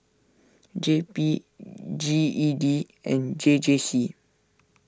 J P G E D and J J C